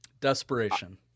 desperation